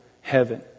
heaven